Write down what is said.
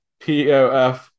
POF